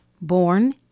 born